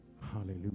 hallelujah